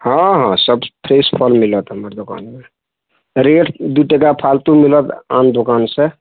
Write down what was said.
हँ हँ सब फ्रेश फल मिलत हमर दोकानमे रेट दू टाका फालतू मिलत आन दोकानसँ